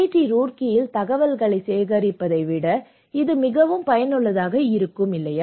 D ரூர்க்கியில் தகவல்களை சேகரிப்பதை விட இது மிகவும் பயனுள்ளதாக இருக்கும் இல்லையா